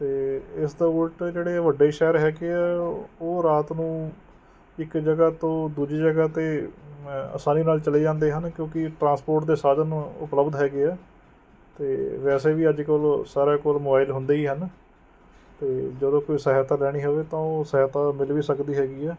ਅਤੇ ਇਸ ਦਾ ਉਲਟ ਜਿਹੜੇ ਵੱਡੇ ਸ਼ਹਿਰ ਹੈਗੇ ਆ ਉਹ ਰਾਤ ਨੂੰ ਇੱਕ ਜਗ੍ਹਾ ਤੋਂ ਦੂਜੀ ਜਗ੍ਹਾ 'ਤੇ ਆਸਾਨੀ ਨਾਲ਼ ਚਲੇ ਜਾਂਦੇ ਹਨ ਕਿਉਂਕਿ ਟਰਾਂਸਪੋਰਟ ਦੇ ਸਾਧਨ ਉਪਲਬਧ ਹੈਗੇ ਹੈ ਅਤੇ ਵੈਸੇ ਵੀ ਅੱਜ ਕੱਲ੍ਹ ਸਾਰਿਆਂ ਕੋਲ ਮੋਬਾਇਲ ਹੁੰਦੇ ਹੀ ਹਨ ਅਤੇ ਜਦੋਂ ਕੋਈ ਸਹਾਇਤਾ ਲੈਣੀ ਹੋਵੇ ਤਾਂ ਉਹ ਸਹਾਇਤਾ ਮਿਲ ਵੀ ਸਕਦੀ ਹੈਗੀ ਹੈ